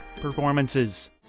performances